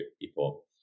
people